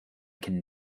can